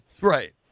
Right